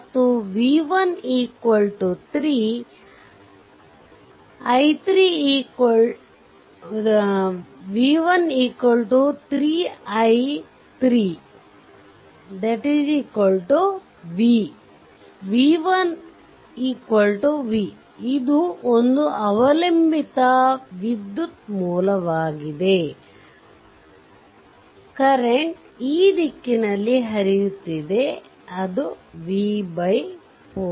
ಮತ್ತು v1 3 i3 v v1 v ಇದು ಒಂದು ಅವಲಂಬಿತ ವಿದ್ಯುತ್ ಮೂಲವಾಗಿದೆ ಪ್ರವಾಹವು ಈ ದಿಕ್ಕಿನಲ್ಲಿ ಹರಿಯುತ್ತಿದೆ v 4